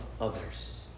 others